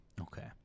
Okay